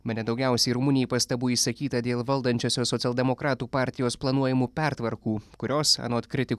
bene daugiausiai rumunijai pastabų išsakyta dėl valdančiosios socialdemokratų partijos planuojamų pertvarkų kurios anot kritikų